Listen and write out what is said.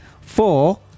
Four